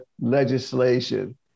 legislation